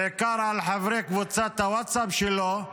בעיקר על חברי קבוצת הווטסאפ שלו.